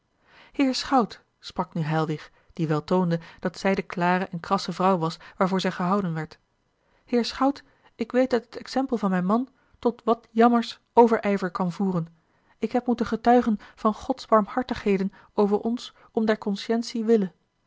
heer schout sprak nu heilwich die wel toonde dat zij de klare en krasse vrouw was waarvoor zij gehouden werd heer schout ik weet uit het exempel van mijn man tot wat jammers overijver kan voeren ik heb moeten getuigen van gods barmhartigheden over ons om der consciëntie wille